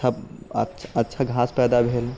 आओर अच्छा घास पैदा भेल